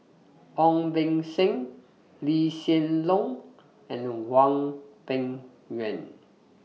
Ong Beng Seng Lee Hsien Loong and Hwang Peng Yuan